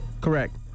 Correct